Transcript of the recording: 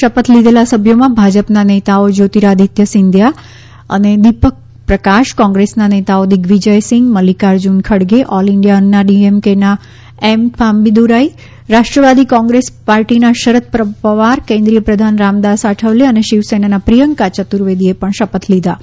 શપથ લીઘેલા સભ્યોમાં ભાજપના નેતાઓ જ્યોતિરાદિત્ય સિંધિયા અને દીપક પ્રકાશ કોંગ્રેસના નેતાઓ દિગ્વિજય સિંઘ અને મલ્લિકાર્જુન ખડગે ઓલ ઇન્ડિયા અન્ના ડીએમકેના એમ થાંબીદુરાઇ રાષ્ટ્રવાદી કોંગ્રેસ પાર્ટીના શરદ પવાર કેન્દ્રીય પ્રધાન રામદાસ આઠવલે અને શિવસેનાના પ્રિયંકા યતુર્વેદીએ પણ શપથ લીધા હતા